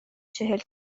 چهل